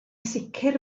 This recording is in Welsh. sicr